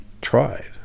tried